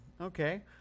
okay